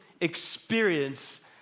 experience